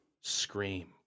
Scream